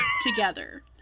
together